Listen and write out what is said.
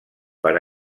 per